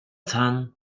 цаана